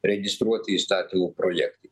registruoti įstatymų projektai